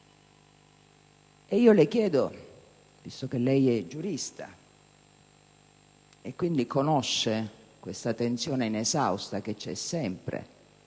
Ed io le chiedo, visto che lei è giurista e quindi conosce questa tensione inesausta che c'è sempre